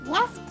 Yes